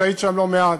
שהיית שם לא מעט.